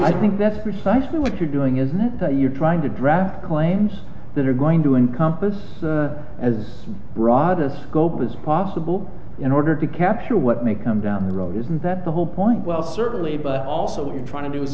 i think that's precisely what you're doing isn't it that you're trying to draft claims that are going to encompass as broad a scope as possible in order to capture what may come down the road isn't that the whole point well certainly but also what you're trying to do is